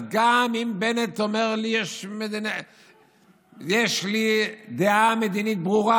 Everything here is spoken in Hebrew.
אז גם אם בנט אומר: יש לי דעה מדינית ברורה,